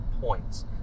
points